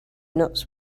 nuts